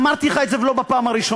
אמרתי לך את זה, ולא בפעם הראשונה: